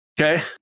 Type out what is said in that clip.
Okay